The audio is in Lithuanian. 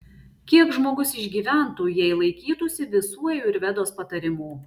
kiek žmogus išgyventų jei laikytųsi visų ajurvedos patarimų